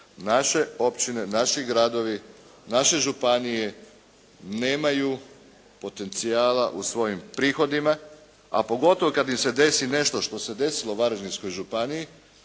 Naše općine, naši gradovi, naše županije nemaju potencijala u svojim prihodima, a pogotovo kad im se desi nešto što se desilo Varaždinskoj županiji